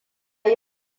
yi